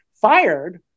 fired